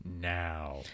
now